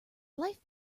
life